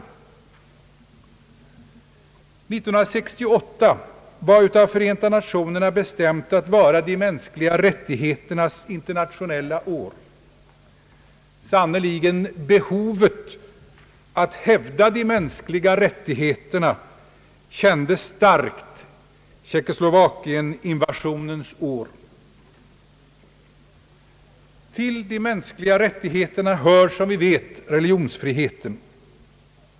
1968 var av FN bestämt att vara de mänskliga rättigheternas internationella år. Sannerligen, behovet att hävda de mänskliga rättigheterna kändes starkt under Tjeckoslovakieninvasionens år. Till de mänskliga rättigheterna hör som vi vet religionsfriheten.